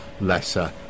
lesser